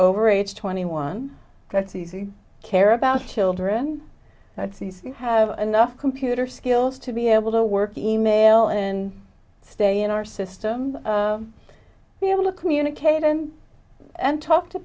over age twenty one that's easy care about children it's easy to have enough computer skills to be able to work email and stay in our system be able to communicate in and talk to